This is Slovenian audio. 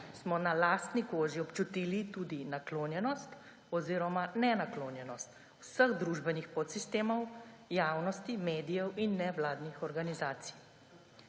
smo na lastni koži občutili tudi naklonjenost oziroma nenaklonjenost vseh družbenih podsistemov, javnosti, medijev in nevladnih organizacij.